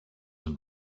and